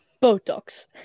Botox